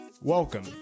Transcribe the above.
Welcome